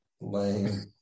lane